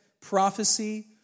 prophecy